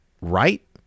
right